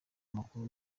amakuru